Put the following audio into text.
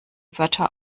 wörter